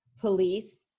police